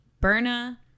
Berna